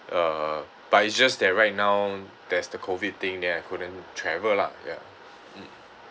uh but it's just that right now there's the COVID thing then I couldn't travel lah ya mm